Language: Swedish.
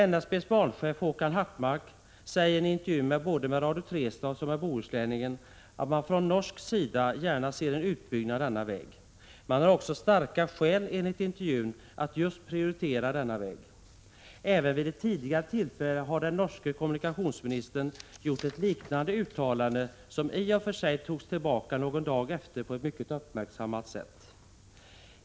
NSB:s banchef Håkan Hartmark säger i en intervju både med Radio Trestad och med Bohusläningen att man från norsk sida gärna ser en utbyggnad av denna väg. Man har också starka skäl, enligt intervjun, att just prioritera denna väg. Även vid ett tidigare tillfälle har den norske kommunikationsministern gjort ett liknande uttalande, som i och för sig togs tillbaka någon dag därefter på ett mycket uppmärksammat sätt.